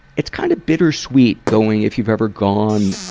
it's kind of bittersweet going if you've ever gone, ah,